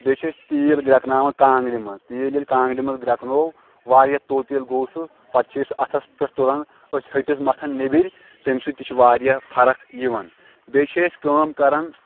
بیٚیہِ چھِ أسۍ تیٖل گرٛٮ۪کناوان کانٛگرِ منٛز تیٖل ییٚلہِ کانٛگرِ منٛز گرٛٮ۪کنو واریاہ توٚت ییٚلہِ گوٚو سُہ پَتہٕ چھِ أسۍ سُہ اَتھَس پٮ۪ٹھ تُلان أتھۍ ۂٹِس مَتھان نیٚبِرۍ تَمہِ سۭتۍ تہِ چھِ واریاہ فرق یِوان بیٚیہِ چھِ أسۍ کٲم کَران